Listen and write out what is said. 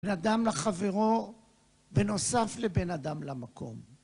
בין אדם לחברו, בנוסף לבין אדם למקום.